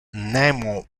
nemo